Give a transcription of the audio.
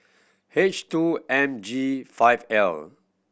H two M G five L